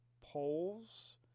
poles